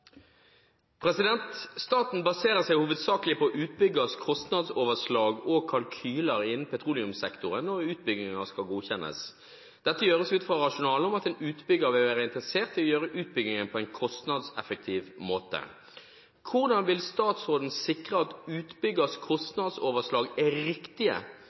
baserer seg hovedsakelig på utbyggers kostnadsoverslag og kalkyler innen petroleumssektoren når utbygginger skal godkjennes. Dette gjøres ut ifra rasjonalet om at utbygger vil være interessert i å gjøre utbygging på en kostnadseffektiv måte. Hvordan vil statsråden sikre at utbyggers kostnadsoverslag er riktige,